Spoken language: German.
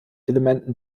elementen